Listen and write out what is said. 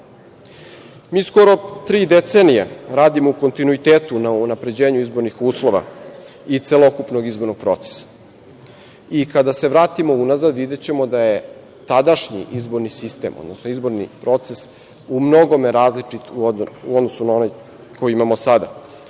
skoro tri decenije radimo u kontinuitetu na unapređenju izbornih uslova i celokupnog izbornog procesa i kada se vratimo unazad videćemo da je tadašnji izborni sistem, odnosno izborni proces u mnogome različit u odnosu na onaj koji imamo sada.